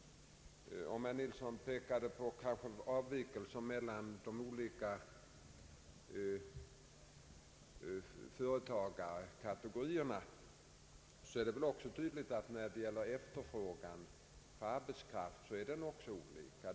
Herr Nilsson pekade på vissa skillnader mellan olika företagarkategorier. Det är uppenbart att möjligheterna att få arbetskraft har tett sig olika.